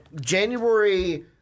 January